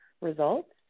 results